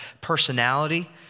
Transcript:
personality